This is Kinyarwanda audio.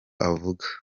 avuga